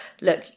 look